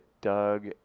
Doug